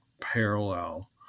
parallel